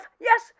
Yes